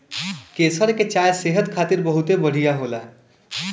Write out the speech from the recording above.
केसर के चाय सेहत खातिर बहुते बढ़िया होला